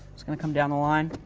it's going to come down the line,